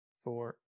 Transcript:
four